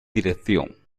dirección